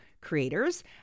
creators